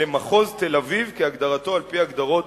ובין מחוז תל-אביב כהגדרתו על-פי הגדרות